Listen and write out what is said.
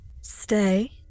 stay